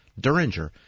Duringer